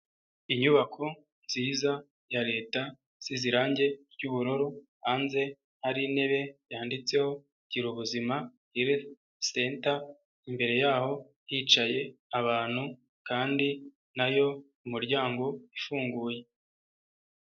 Inyubako nziza ya leta isize irangi ry'ubururu, hanze hari intebe yanditseho ''girubu ubuzima health center'' imbere yaho hicaye abantu kandi nayo umuryango ufunguye.